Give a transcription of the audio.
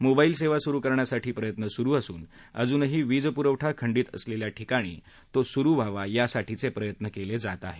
mobile सेवा सुरु करण्यासाठी प्रयत्न सुरु असून अजूनही वीजपुरवठा खंडीत असलेल्या ठिकाणी तो सुरु व्हावा यासाठीही प्रयत्न केले जात आहेत